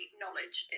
knowledge